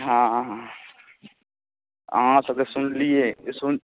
हँ अहाँ सबके सुनलिए